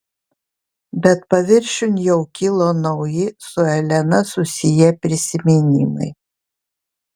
bet paviršiun jau kilo nauji su elena susiję prisiminimai